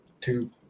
two